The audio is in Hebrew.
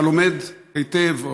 אתה לומד היטב,